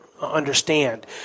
understand